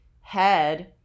head